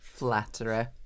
Flatterer